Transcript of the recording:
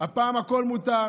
הפעם הכול מותר,